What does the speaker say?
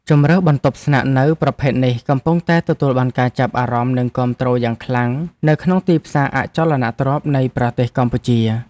ជម្រើសបន្ទប់ស្នាក់នៅប្រភេទនេះកំពុងតែទទួលបានការចាប់អារម្មណ៍ និងគាំទ្រយ៉ាងខ្លាំងនៅក្នុងទីផ្សារអចលនទ្រព្យនៃប្រទេសកម្ពុជា។